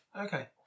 Okay